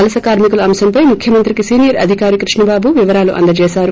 వలస కార్మికుల అంశంపై ముఖ్యమంత్రికి సీనియర్ అధికారి కృష్ణబాబు వివరాలు అందజేశారు